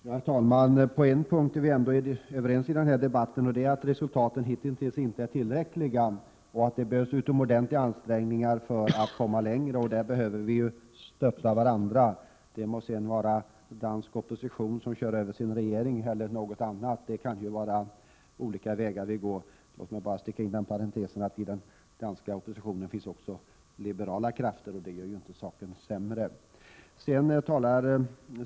Herr talman! På en punkt är vi ändå överens i den här debatten. Vi är nämligen ense om att resultaten hitintills inte varit tillräckliga. Vidare måste man göra utomordentligt stora ansträngningar för att kunna komma längre i detta arbete. Vi behöver stötta varandra. Det må vara att t.ex. den danska oppositionen då måste köra över sin regering. Det finns ju olika vägar att gå. Inom parentes vill jag tillägga att det inom den danska oppositionen också finns liberala krafter, och det gör ju inte saken sämre.